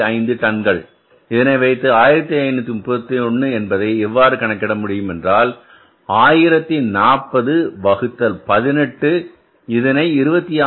5 டன்கள் இதை வைத்து 1531 என்பதை எவ்வாறு கணக்கிட முடியும் என்றால் 1040 வகுத்தல் 18 இதனை 26